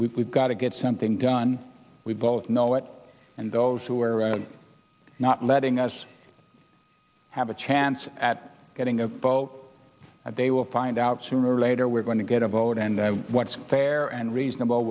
we've got to get something done we both know it and those who are not letting us have a chance at getting a vote and they will find out sooner or later we're going to get a vote and what's fair and reasonable